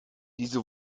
diese